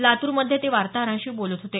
लातूरमध्ये ते वार्ताहरांशी बोलत होते